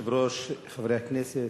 אדוני היושב-ראש, חברי הכנסת,